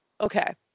okay